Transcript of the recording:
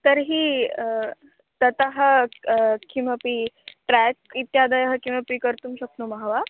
तर्हि ततः किमपि ट्रेक् इत्यादयः किमपि कर्तुं शक्नुमः वा